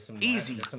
easy